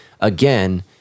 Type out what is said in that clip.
again